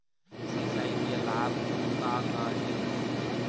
सिचाई के लाभ का का हे?